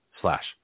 slash